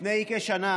לפני כשנה